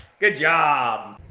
good job.